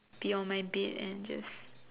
be on my bed and just